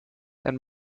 and